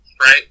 Right